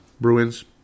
bruins